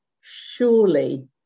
surely